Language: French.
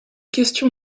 question